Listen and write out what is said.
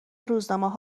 روزنامه